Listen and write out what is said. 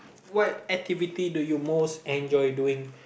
what activity do you most enjoy doing